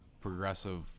progressive